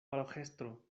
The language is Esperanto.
paroĥestro